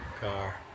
car